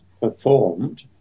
performed